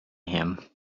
him